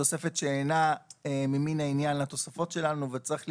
תוספת שאינה ממן העניין לתוספות שלנו וצריך למדוד.